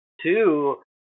Two